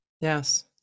Yes